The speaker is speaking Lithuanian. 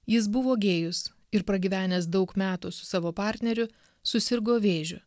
jis buvo gėjus ir pragyvenęs daug metų su savo partneriu susirgo vėžiu